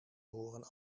behoren